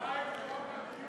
מה עם חוק הדיור הציבורי?